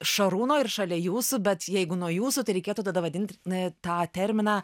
šarūno ir šalia jūsų bet jeigu nuo jūsų tai reikėtų tada vadinti na tą terminą